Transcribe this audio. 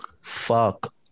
Fuck